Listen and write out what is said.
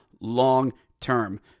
long-term